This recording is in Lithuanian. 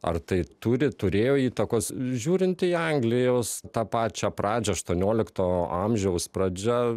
ar tai turi turėjo įtakos žiūrint į anglijos tą pačią pradžią aštuoniolikto amžiaus pradžia